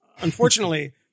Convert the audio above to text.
Unfortunately